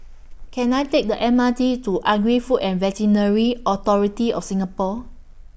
Can I Take The M R T to Agri Food and Veterinary Authority of Singapore